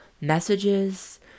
messages